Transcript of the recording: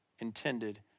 intended